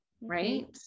Right